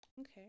okay